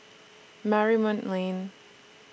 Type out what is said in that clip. Marymount Lane